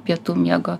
pietų miego